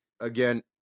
again